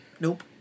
Nope